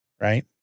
right